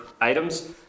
items